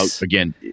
again